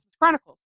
Chronicles